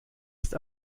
ist